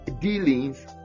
dealings